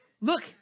Look